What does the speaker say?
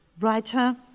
writer